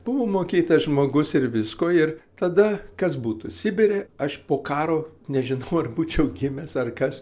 buvo mokytas žmogus ir visko ir tada kas būtų sibire aš po karo nežinau ar būčiau gimęs ar kas